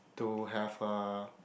to have a